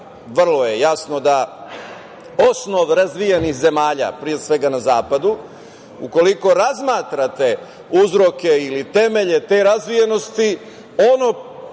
vrlo je jasno da osnov razvijenih zemalja, pre svega na zapadu, ukoliko razmatrate uzroke ili temelje te razvijenosti, ono